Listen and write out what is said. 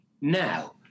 Now